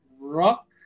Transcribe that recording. Rock